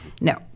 no